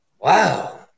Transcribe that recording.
Wow